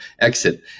exit